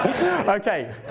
Okay